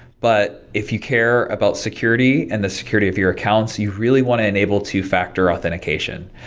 but if you care about security and the security of your accounts, you really want to enable two-factor authentication.